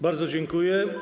Bardzo dziękuję.